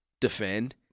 defend